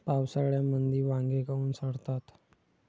पावसाळ्यामंदी वांगे काऊन सडतात?